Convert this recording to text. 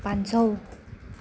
पाँच सौ